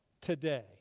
today